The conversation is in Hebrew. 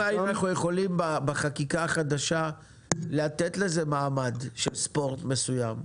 אבל האם אנחנו יכולים בחקיקה החדשה לתת לזה מעמד של ספורט מסוים?